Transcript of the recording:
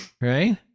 right